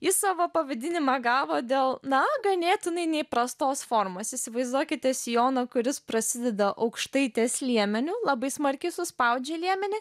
jis savo pavadinimą gavo dėl na ganėtinai neįprastos formos įsivaizduokite sijoną kuris prasideda aukštai ties liemeniu labai smarkiai suspaudžia liemenį